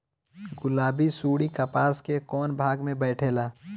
गुलाबी सुंडी कपास के कौने भाग में बैठे ला?